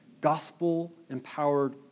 gospel-empowered